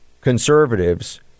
conservatives